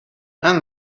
and